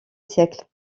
siècle